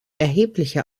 erhebliche